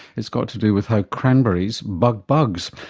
it's got to do with how cranberries bug bugs.